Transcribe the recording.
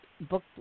Book